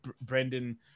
Brendan